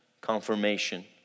confirmation